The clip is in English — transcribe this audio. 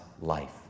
life